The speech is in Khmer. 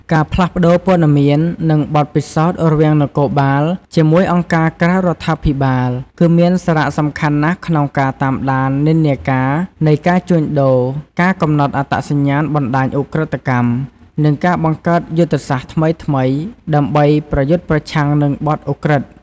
ការផ្លាស់ប្ដូរព័ត៌មាន និងបទពិសោធន៍រវាងនគរបាល ជាមួយអង្គការក្រៅរដ្ឋាភិបាល គឺមានសារៈសំខាន់ណាស់ក្នុងការតាមដាននិន្នាការនៃការជួញដូរ ការកំណត់អត្តសញ្ញាណបណ្ដាញឧក្រិដ្ឋកម្ម និងការបង្កើតយុទ្ធសាស្ត្រថ្មីៗដើម្បីប្រយុទ្ធប្រឆាំងនឹងបទឧក្រិដ្ឋ។